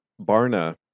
Barna